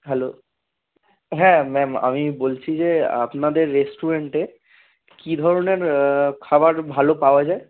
hello হ্যাঁ ma'am আমি বলছি যে আপনাদের রেস্টুরেন্টে কী ধরনের খাবার ভালো পাওয়া যায়